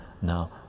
now